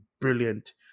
brilliant